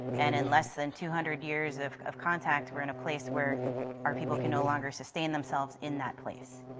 and in less than two hundred years of of contact, we are in a place where people can no longer sustain themselves in that place.